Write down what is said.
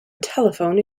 telephone